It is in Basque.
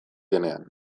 denean